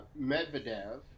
Medvedev